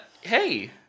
hey